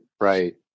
right